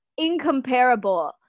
incomparable